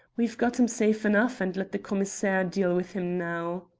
we have got him safe enough, and let the commissaire deal with him now.